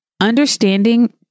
Understanding